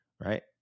right